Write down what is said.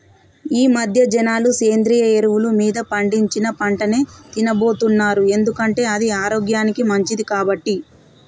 ఈమధ్య జనాలు సేంద్రియ ఎరువులు మీద పండించిన పంటనే తిన్నబోతున్నారు ఎందుకంటే అది ఆరోగ్యానికి మంచిది కాబట్టి